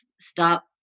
stop